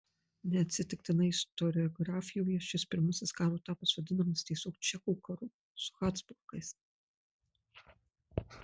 neatsitiktinai istoriografijoje šis pirmasis karo etapas vadinamas tiesiog čekų karu su habsburgais